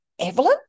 Evelyn